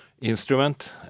instrument